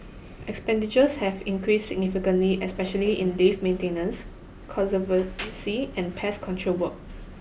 expenditures have increased significantly especially in lift maintenance conservancy and pest control work